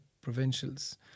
provincials